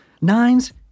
Nines